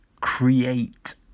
create